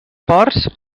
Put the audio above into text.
ports